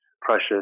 precious